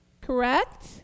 Correct